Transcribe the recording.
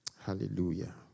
Hallelujah